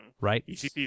Right